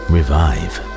Revive